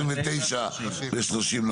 29 ו-30.